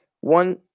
One